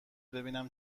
ببینم